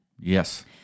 Yes